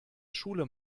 schule